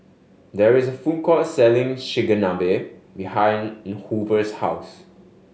there is a food court selling Chigenabe behind Hoover's house